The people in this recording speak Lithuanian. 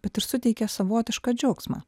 bet ir suteikia savotišką džiaugsmą